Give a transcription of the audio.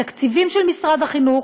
התקציבים של משרד החינוך,